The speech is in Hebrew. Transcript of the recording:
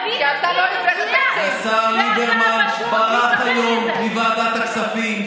השר ליברמן ברח היום מוועדת הכספים.